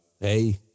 Hey